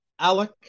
Alec